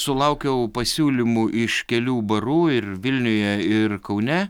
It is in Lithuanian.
sulaukiau pasiūlymų iš kelių barų ir vilniuje ir kaune